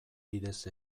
bidez